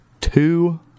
two